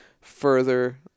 further